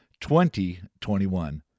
2021